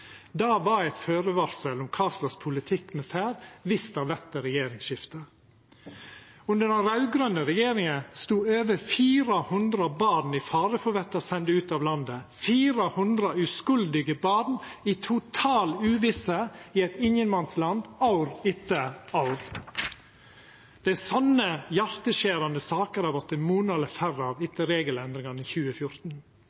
var eit førevarsel om kva slags politikk me får dersom det vert regjeringsskifte. Under den raud-grøne regjeringa stod over 400 barn i fare for å verta sende ut av landet – 400 uskuldige barn, i total uvisse og i eit ingenmannsland, år etter år. Det er slike hjarteskjerande saker det har vorte monaleg færre